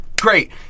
great